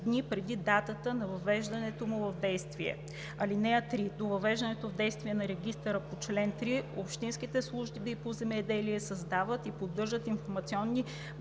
дни преди датата на въвеждането му в действие. (3) До въвеждането в действие на регистъра по чл. 3 общинските служби по земеделие създават и поддържат информационни